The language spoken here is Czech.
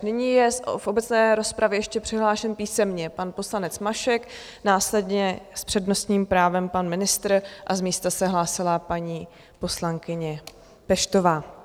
Nyní je v obecné rozpravě ještě přihlášen písemně pan poslanec Mašek, následně s přednostním právem pan ministr a z místa se hlásila paní poslankyně Peštová.